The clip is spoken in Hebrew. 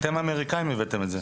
אתם האמריקאים הבאתם את זה.